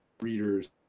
reader's